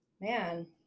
Man